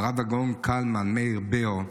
והרב הגאון קלמן מאיר בר,